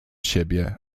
siebie